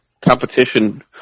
competition